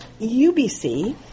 UBC